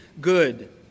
good